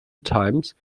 times